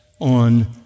on